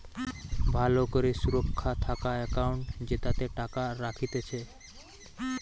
ভালো করে সুরক্ষা থাকা একাউন্ট জেতাতে টাকা রাখতিছে